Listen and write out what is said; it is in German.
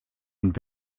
und